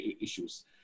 issues